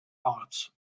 arts